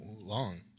long